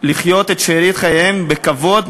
לחיות את שארית חייהם בכבוד,